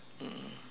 mm